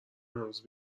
هنوز